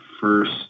first